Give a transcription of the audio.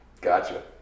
Gotcha